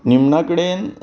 निमण्या कडेन